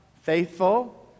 Faithful